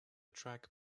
track